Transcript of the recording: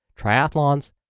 triathlons